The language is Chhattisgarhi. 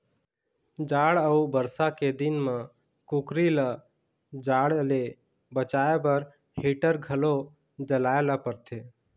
जाड़ अउ बरसा के दिन म कुकरी ल जाड़ ले बचाए बर हीटर घलो जलाए ल परथे